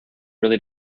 really